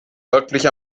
wirklich